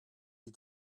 you